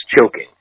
choking